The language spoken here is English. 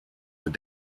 were